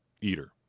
eater